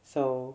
so